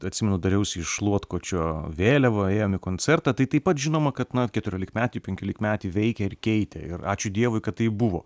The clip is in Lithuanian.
atsimenu dariausi iš šluotkočio vėliavą ėjom į koncertą tai taip pat žinoma kad na keturiolikmetį penkiolikmetį veikė ir keitė ir ačiū dievui kad taip buvo